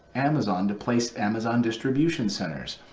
amazon to place amazon distribution centers,